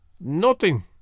Nothing